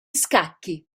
scacchi